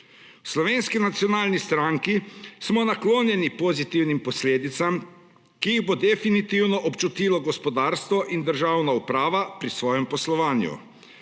Slovenski nacionalni stranki smo naklonjeni pozitivnim posledicam, ki jih bo definitivno občutilo gospodarstvo in državna uprava pri svojem poslovanju.